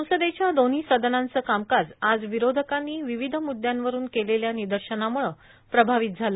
संसदेच्या दोन्ही सदनांचा कामकाज आज विरोधकांनी विविध मुद्यांवरून केलेल्या निदर्शनाम्रछं प्रभावित झालं